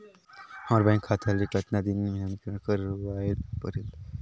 हमर बैंक खाता ले कतना दिन मे नवीनीकरण करवाय ला परेल?